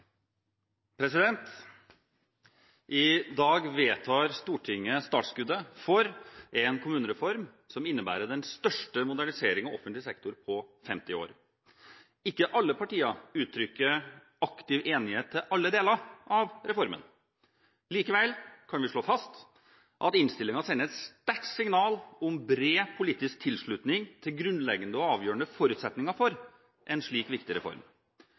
50 år. Ikke alle partier uttrykker aktiv enighet til alle deler av reformen. Likevel kan vi slå fast at innstillingen sender et sterkt signal om bred politisk tilslutning til grunnleggende og avgjørende forutsetninger for en slik viktig reform: